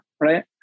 right